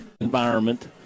environment